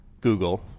Google